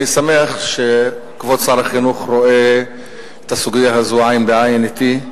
אני שמח שכבוד שר החינוך רואה את הסוגיה הזו עין בעין אתי,